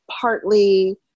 partly